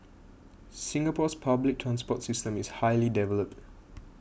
Singapore's public transport system is highly developed